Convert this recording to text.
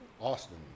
Austin